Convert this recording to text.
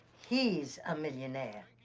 he's a millionaire.